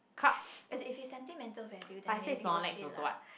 if it's sentimental value then maybe okay lah